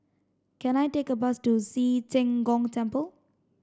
can I take a bus to Ci Zheng Gong Temple